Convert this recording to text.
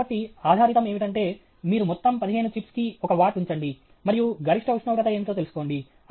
కాబట్టి ఆధారితం ఏమిటంటే మీరు మొత్తం 15 చిప్స్ కి ఒక వాట్ ఉంచండి మరియు గరిష్ట ఉష్ణోగ్రత ఏమిటో తెలుసుకోండి